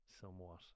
somewhat